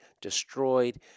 destroyed